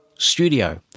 studio